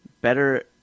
better